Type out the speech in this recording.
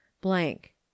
blank